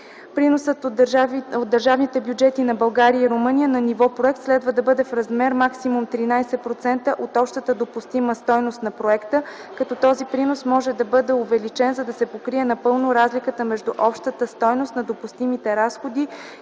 Приносът от държавните бюджети на България и Румъния на ниво проект следва да бъде в размер максимум 13% от общата допустима стойност на проекта, като този принос може да бъде увеличен, за да се покрие напълно разликата между общата стойност на допустимите разходи